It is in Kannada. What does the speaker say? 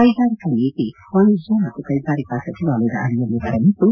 ಕೈಗಾರಿಕಾ ನೀತಿ ವಾಣಿಜ್ಯ ಮತ್ತು ಕೈಗಾರಿಕಾ ಸಚಿವಾಲಯ ಅಡಿಯಲ್ಲಿ ಬರಲಿದ್ದು